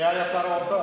מי היה שר האוצר?